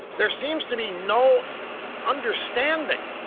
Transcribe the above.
there seems to be no understanding,